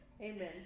Amen